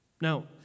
Now